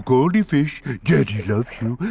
goldie fish? daddy loves you!